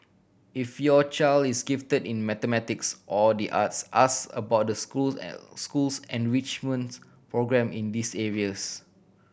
if your child is gifted in mathematics or the arts ask about the school's school's enrichments programme in these areas